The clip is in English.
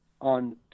on